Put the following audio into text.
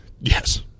Yes